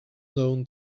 known